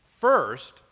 first